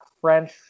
French